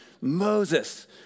Moses